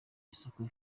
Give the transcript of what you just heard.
isoko